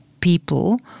people